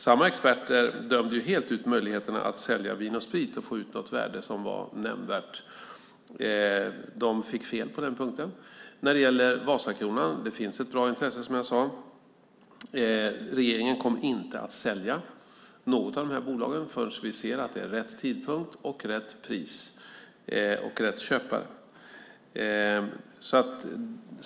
Samma experter dömde helt ut möjligheterna att sälja Vin & Sprit och få ut något värde som var nämnvärt. De fick fel på den punkten. När det gäller Vasakronan finns det ett bra intresse, som jag sade. Regeringen kommer inte att sälja något av dessa bolag förrän vi ser att det är rätt tidpunkt, rätt pris och rätt köpare.